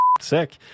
sick